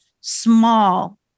small